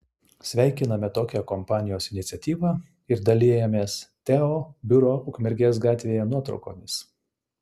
sveikiname tokią kompanijos iniciatyvą ir dalijamės teo biuro ukmergės gatvėje nuotraukomis